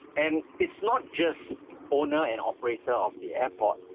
and it's not just owner and operator of the airport,